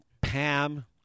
Pam